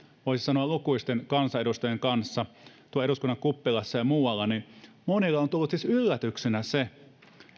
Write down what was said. voisi sanoa lukuisten kansanedustajien kanssa tuolla eduskunnan kuppilassa ja muualla niin monille on tullut siis yllätyksenä se